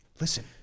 Listen